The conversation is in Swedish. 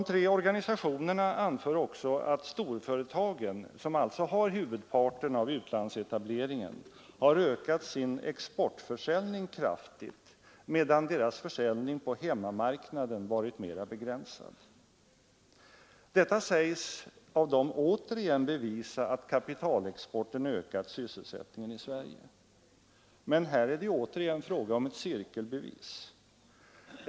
De tre organisationerna anför också att storföretagen, som alltså har huvudparten av utlandsetableringen, har ökat sin exportförsäljning kraftigt, medan deras försäljning på hemmamarknaden varit mer begränsad. Detta sägs av dem återigen bevisa att kapitalexporten ökat sysselsättningen i Sverige. Men här är det ännu en gång fråga om ett cirkelbevis.